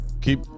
Keep